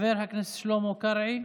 חבר הכנסת שלמה קרעי,